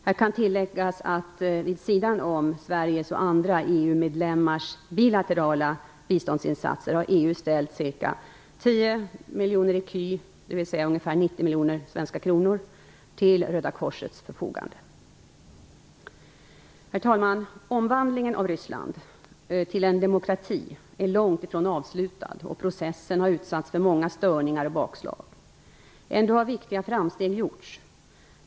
Här kan tilläggas att vid sidan av Sveriges och andra EU-medlemmars bilaterala biståndsinsatser har EU ställt ca 10 miljoner ecu, ungefär 90 miljoner kronor, till Röda korsets förfogande. Herr talman! Omvandlingen av Ryssland till en demokrati är långt ifrån avslutad, och processen har utsatts för många störningar och bakslag. Ändå har viktiga framsteg gjorts.